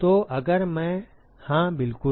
तो अगर मैं हाँ बिल्कुल